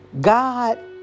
God